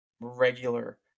regular